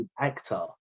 actor